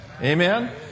Amen